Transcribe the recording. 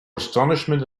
astonishment